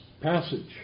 passage